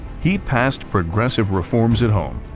he passed progressive reforms at home,